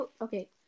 okay